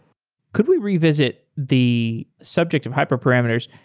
could we revisit the subject of hyperparameters?